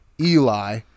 Eli